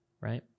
right